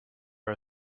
are